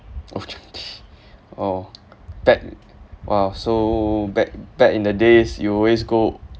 old chang kee oh back !wah! so back back in the days you always go